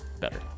better